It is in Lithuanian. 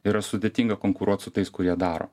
yra sudėtinga konkuruot su tais kurie daro